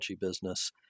business